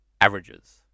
averages